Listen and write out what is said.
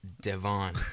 Devon